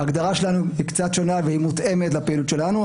ההגדרה שלנו היא קצת שונה והיא מותאמת לפעילות שלנו,